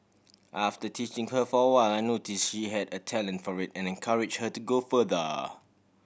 after teaching her for a while I notice she had a talent for it and encourage her to go further